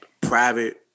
Private